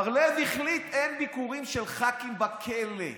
בר לב החליט: אין ביקורים של ח"כים בכלא.